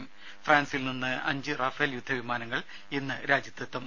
ത ഫ്രാൻസിൽ നിന്ന് അഞ്ച് റാഫേൽ യുദ്ധ വിമാനങ്ങൾ ഇന്ന് രാജ്യത്തെത്തും